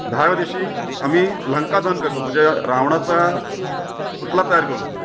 दहाव्या दिवशी आम्ही लंकादहन करतो मजे रावणाचा पुतळा तयार करून